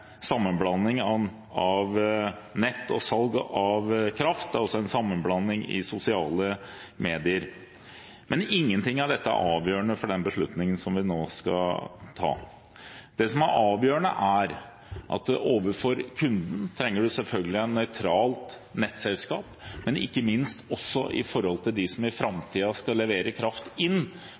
sammenblanding av nett og salg av kraft – det er altså en sammenblanding i sosiale medier. Men ingenting av dette er avgjørende for den beslutningen som vi nå skal ta. Det som er avgjørende, er at overfor kunden trenger man selvfølgelig et nøytralt nettselskap, men vi er ikke minst avhengig av at de som også i framtiden skal levere kraft inn